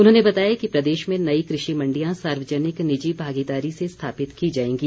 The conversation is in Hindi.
उन्होंने बताया कि प्रदेश में नई कृषि मण्डियां सार्वजनिक निजी भागीदारी से स्थापित की जाएंगी